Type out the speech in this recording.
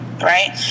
right